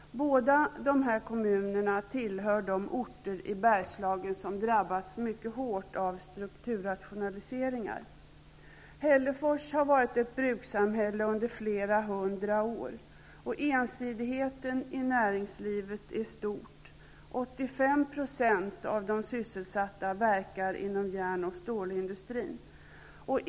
Båda dessa kommuner tillhör de orter i Bergslagen som drabbats mycket hårt av strukturrationaliseringar. Hällefors har varit ett brukssamhälle under flera hundra år. Ensidigheten i näringslivet är stor. 85 % av de sysselsatta verkar inom järn och stålindustrin.